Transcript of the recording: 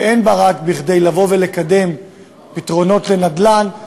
שאין בה רק כדי לקדם פתרונות לנדל"ן,